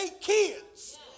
kids